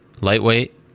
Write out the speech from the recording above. lightweight